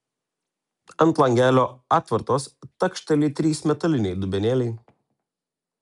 ant langelio atvartos takšteli trys metaliniai dubenėliai